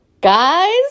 guys